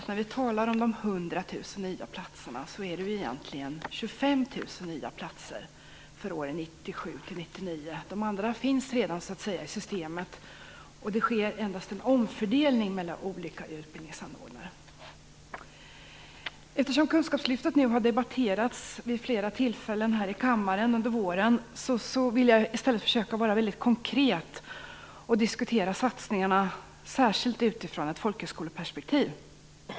När vi talar om 100 000 nya platser är det egentligen 25 000 nya platser för åren 1997-1999. De andra finns redan i systemet, och det sker endast en omfördelning mellan olika utbildningsanordnare. Eftersom Kunskapslyftet har debatterats vid flera tillfällen här i kammaren under våren vill jag i stället försöka vara väldigt konkret och diskutera satsningarna särskilt utifrån ett folkhögskoleperspektiv.